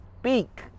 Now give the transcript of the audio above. speak